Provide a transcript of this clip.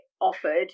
offered